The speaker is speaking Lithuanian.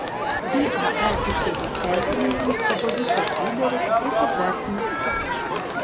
iae išlaidas teisininkams opozicijos lyderis taip pat vertina skeptiškai